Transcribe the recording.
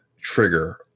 trigger